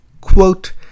quote